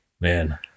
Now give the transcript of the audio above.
Man